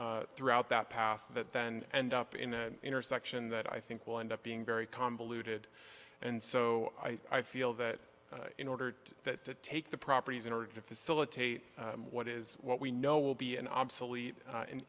way throughout that path that then end up in an intersection that i think will end up being very convoluted and so i feel that in order to that to take the properties in order to facilitate what is what we know will be an obsolete